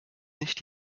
nicht